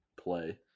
play